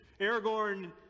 Aragorn